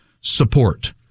support